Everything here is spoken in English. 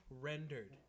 Rendered